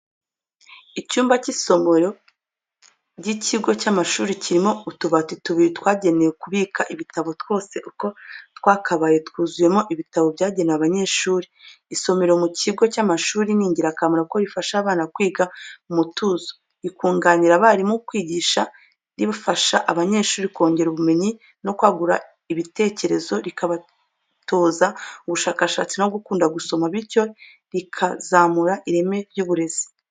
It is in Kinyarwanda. Icyumba cy'isomero ry'ikigo cy'amashuri kirimo utubati tubiri twagenewe kubika ibitabo twose uko twakabaye twuzuyemo ibitabo byagenewe abanyeshuri. Isomero mu kigo cy’amashuri ni ingirakamaro kuko rifasha abana kwiga mu mutuzo, rikunganira abarimu mu kwigisha, rifasha abanyeshuri kongera ubumenyi no kwagura ibitekerezo, rikabatoza ubushakashatsi no gukunda gusoma, bityo rikazamura ireme ry’uburezi.